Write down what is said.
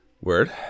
Word